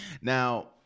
Now